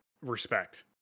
respect